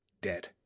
Dead